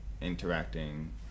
interacting